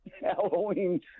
Halloween